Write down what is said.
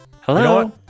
Hello